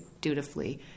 dutifully